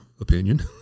opinion